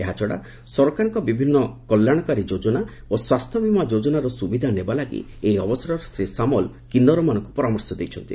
ଏହାଛଡ଼ା ସରକାରଙ୍କ ବିଭିନ୍ କଲ୍ୟାଣକାରୀ ଯୋଜନା ଓ ସ୍ୱାସ୍ଥ୍ୟ ବୀମା ଯୋଜନାର ସୁବିଧା ନେବା ଲାଗି ଏହି ଅବସରରେ ଶ୍ରୀ ସାମଲ କିନ୍ନରମାନଙ୍କୁ ପରାମର୍ଶ ଦେଇଛନ୍ତି